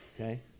okay